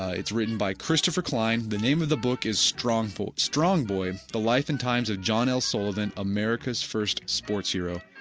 ah it's written by christopher klein, the name of the book is strong boy strong boy the life and times of john l. sullivan, america's first sports hero.